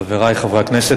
חברי חברי הכנסת,